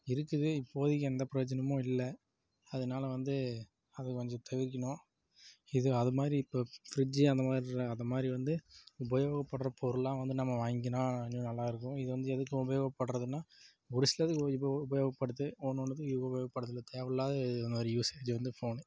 இருக்குது இப்போதைக்கு எந்த பிரயோஜனமும் இல்லை அதனால வந்து அதை கொஞ்சம் தவிர்க்கணும் இது அதுமாதிரி இப்போ ஃபிரிட்ஜி அந்த மாதிரி அதை மாதிரி வந்து உபயோகப்படுற பொருளாக வந்து நம்ம வாங்கினால் இன்னும் நல்லா இருக்கும் இது வந்து எதுக்கும் உபயோகப்படுறதுனா ஒரு சிலது உப உபயோகப்படுது ஒன்று ஒன்றுதுக்கு உபயோகப்படுதில்லை தேவை இல்லாத இது மாதிரி யூசேஜ் வந்து ஃபோன்